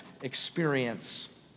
experience